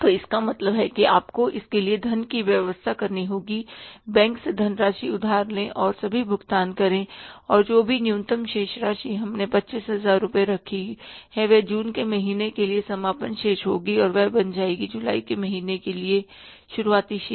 तो इसका मतलब है कि आपको इसके लिए धन की व्यवस्था करनी होगी बैंक से धनराशि उधार लें और सभी भुगतान करें और जो भी न्यूनतम शेष राशि हमने 25000 रुपये रखी है वह जून महीने के लिए समापन शेष होगी और वह बन जाएगी जुलाई के महीने के लिए शुरुआती शेष